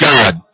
God